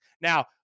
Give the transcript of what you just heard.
Now